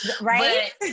right